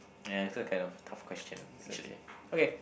ya it's a kind of tough question actually okay